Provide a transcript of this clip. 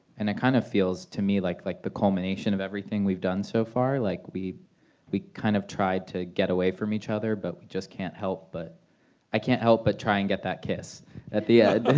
and it kind of feels to me like like the culmination of everything we've done so far like we we kind of tried to get away from each other but we just can't help but i can't help but try and get that kiss at the end.